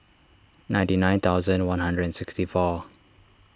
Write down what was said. ninety nine thousand one hundred and sixty four